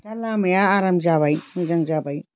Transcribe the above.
दा लामाया आराम जाबाय मोजां जाबाय